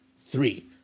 three